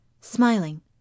smiling